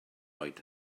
oed